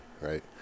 right